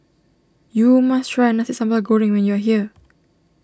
you must try Nasi Sambal Goreng when you are here